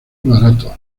baratos